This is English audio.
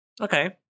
Okay